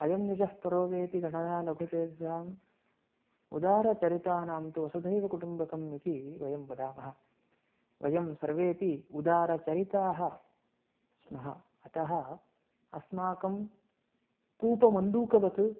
अयं निजः परो वेति गणना लघुचेतसाम् उदारचरितानां तु वसुधैव कुटुम्बकम् इति वयं वदामः वयं सर्वेपि उदारचरिताः स्मः अतः अस्माकं कूपमण्डुकवत्